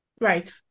Right